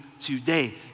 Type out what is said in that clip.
today